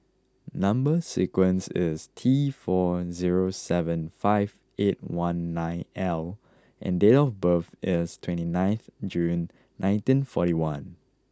number sequence is T four zero seven five eight one nine L and date of birth is twenty nine June nineteen forty one